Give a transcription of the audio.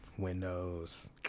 windows